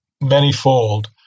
many-fold